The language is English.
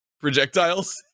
projectiles